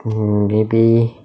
mm maybe